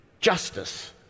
justice